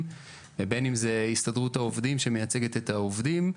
ובין אם זו הסתדרות העובדים שמייצגת את העובדים.